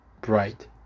bright